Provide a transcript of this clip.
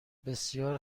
بسیار